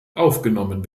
aufgenommen